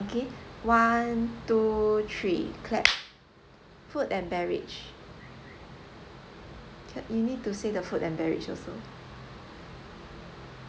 okay one two three clap food and beverage c~ you need to say the food and beverage also